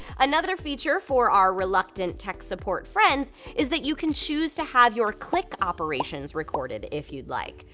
another feature for our reluctant tech support friends is that you can choose to have your click operations recorded if you'd like.